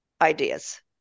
ideas